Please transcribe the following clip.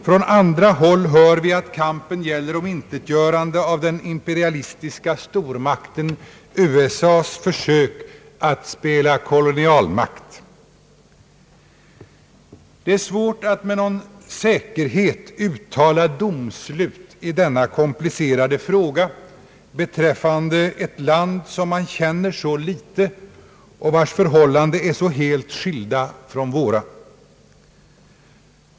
Från andra håll hör vi att kampen gäller omintetgörande av den imperialistiska stormakten USA:s försök att spela kolonialmakt. Det är svårt att med någon säkerhet uttala domslut i denna komplicerade fråga beträffande ett land, som man känner så litet och vars förhållanden är så helt skilda från våra.